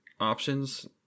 options